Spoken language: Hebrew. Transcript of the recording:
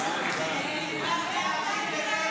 (מחיאות כפיים)